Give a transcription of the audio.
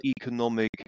economic